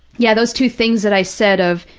yeah, those two things that i said of,